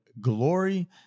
glory